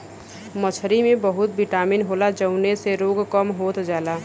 मछरी में बहुत बिटामिन होला जउने से रोग कम होत जाला